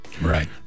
Right